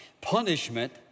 Punishment